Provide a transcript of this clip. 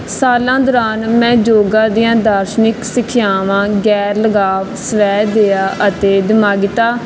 ਸਾਲਾਂ ਦੌਰਾਨ ਮੈਂ ਯੋਗਾ ਦੀਆਂ ਦਾਰਸ਼ਨਿਕ ਸਿੱਖਿਆਵਾਂ ਗੈਰ ਲਗਾਵ ਸਵੈ ਦਿਆ ਅਤੇ ਦਿਮਾਗਿਤਾ